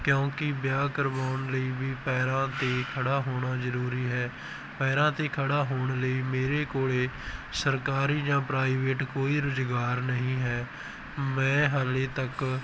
ਕਿਉਂਕਿ ਵਿਆਹ ਕਰਵਾਉਣ ਲਈ ਵੀ ਪੈਰਾਂ 'ਤੇ ਖੜ੍ਹਾ ਹੋਣਾ ਜ਼ਰੂਰੀ ਹੈ ਪੈਰਾਂ 'ਤੇ ਖੜ੍ਹਾ ਹੋਣ ਲਈ ਮੇਰੇ ਕੋਲ ਸਰਕਾਰੀ ਜਾਂ ਪ੍ਰਾਈਵੇਟ ਕੋਈ ਰੁਜ਼ਗਾਰ ਨਹੀਂ ਹੈ ਮੈਂ ਹਾਲੇ ਤੱਕ